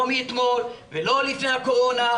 לא מאתמול ולא לפני הקורונה,